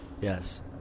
Yes